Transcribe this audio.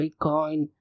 Bitcoin